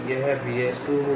यह भी S2 होगा